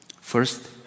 First